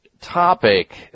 topic